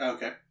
Okay